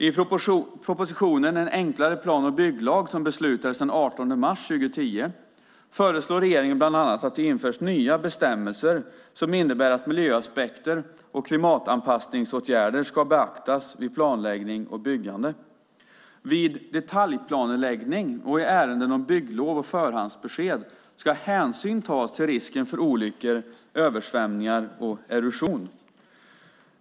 I propositionen En enklare plan och bygglag som beslutades den 18 mars 2010 föreslår regeringen bland annat att det införs nya bestämmelser som innebär att miljöaspekter och klimatanpassningsåtgärder ska beaktas vid planläggning och byggande. Vid detaljplaneläggning och i ärenden om bygglov och förhandsbesked ska hänsyn tas till risken för olyckor, översvämningar och erosion.